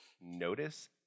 notice